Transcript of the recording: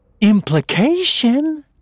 implication